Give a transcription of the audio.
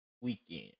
weekend